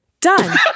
Done